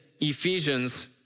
Ephesians